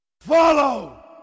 Follow